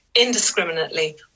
indiscriminately